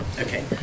Okay